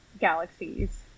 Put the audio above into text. galaxies